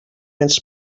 ens